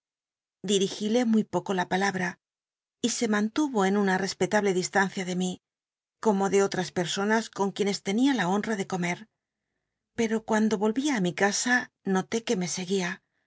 ilc muy poco la l alahra y se mantuvo i una i'c pctable distancia de mi como ele otras personas ton quienes tenia la honra de come pero cuando yohia mi ca t noté que me seguía